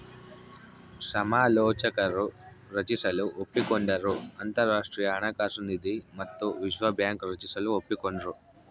ಸಮಾಲೋಚಕರು ರಚಿಸಲು ಒಪ್ಪಿಕೊಂಡರು ಅಂತರಾಷ್ಟ್ರೀಯ ಹಣಕಾಸು ನಿಧಿ ಮತ್ತು ವಿಶ್ವ ಬ್ಯಾಂಕ್ ರಚಿಸಲು ಒಪ್ಪಿಕೊಂಡ್ರು